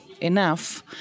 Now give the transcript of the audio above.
enough